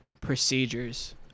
procedures